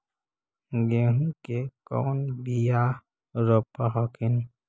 गेहूं के कौन बियाह रोप हखिन?